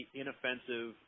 inoffensive